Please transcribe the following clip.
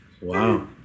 Wow